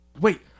Wait